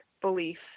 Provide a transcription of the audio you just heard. belief